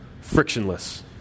frictionless